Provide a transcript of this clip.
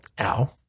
ow